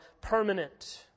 permanent